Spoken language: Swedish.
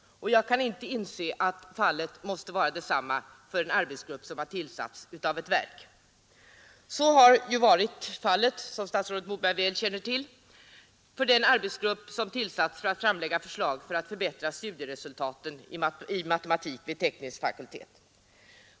Jag kan inte inse att inte detsamma borde gälla för en arbetsgrupp som tillsatts av ett ämbetsverk. Så har emellertid, såsom statsrådet Moberg väl känner till, inte varit fallet för den arbetsgrupp som tillsatts för att framlägga förslag för att förbättra studieresultaten i matematik vid teknisk fakultet.